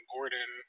Gordon